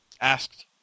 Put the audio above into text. asked